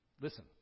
Listen